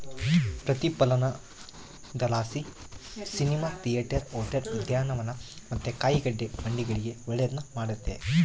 ಪ್ರತಿಫಲನದಲಾಸಿ cinema theatre, hotel, ಉದ್ಯಾನವನ ಮತ್ತೆ ಕಾಯಿಗಡ್ಡೆ ಮಂಡಿಗಳಿಗೆ ಒಳ್ಳೆದ್ನ ಮಾಡೆತೆ